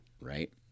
right